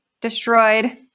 destroyed